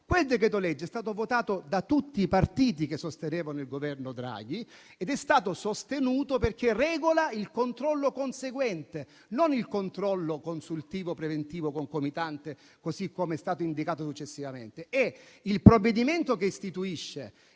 Quel decreto-legge è stato votato da tutti i partiti che sostenevano il Governo Draghi ed è stato sostenuto perché regola il controllo conseguente, non il controllo consultivo preventivo concomitante, così come è stato indicato successivamente. Basta leggere la delibera.